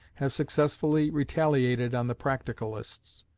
have successfully retaliated on the practicalists.